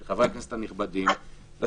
של חברי הכנסת הנכבדים לסוגיה.